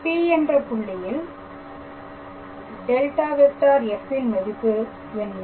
P என்ற புள்ளியில் ∇⃗⃗ f ன் மதிப்பு என்ன